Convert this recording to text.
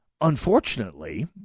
Unfortunately